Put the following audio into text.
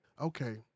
okay